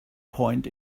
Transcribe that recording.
point